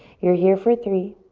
you're here for three,